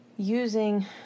Using